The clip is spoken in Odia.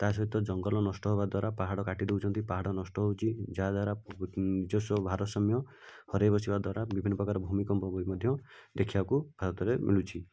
ତାସହିତ ଜଙ୍ଗଲ ନଷ୍ଟ ହେବା ଦ୍ୱାରା ପାହାଡ଼ କାଟିଦେଉଛନ୍ତି ପାହାଡ଼ ନଷ୍ଟ ହେଉଛି ଯାହା ଦ୍ୱାରା ନିଜସ୍ୱ ଭାରସମ୍ୟ ହରାଇ ବସିବା ଦ୍ୱାରା ବିଭିନ୍ନ ପ୍ରକାର ଭୂମିକମ୍ପ ହୋଇ ମଧ୍ୟ ଦେଖିବାକୁ ଭାରତରେ ମିଳୁଛି